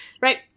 right